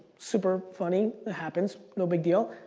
super funny, it happens, no big deal.